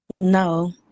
No